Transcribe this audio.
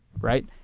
right